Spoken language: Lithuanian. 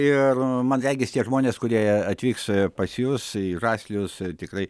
ir man regis tie žmonės kurie atvyks pas jus į žaslius tikrai